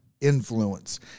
influence